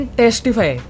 testify